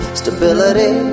stability